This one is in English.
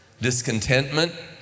discontentment